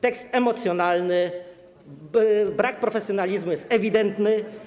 Tekst jest emocjonalny, a brak profesjonalizmu jest ewidentny.